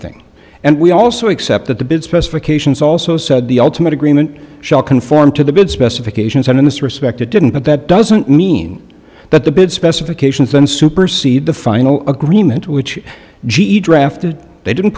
thing and we also accept that the bid specifications also said the ultimate agreement shall conform to the bid specifications and in this respect it didn't but that doesn't mean that the bid specifications then supersede the final agreement which g e drafted they didn't